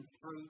fruit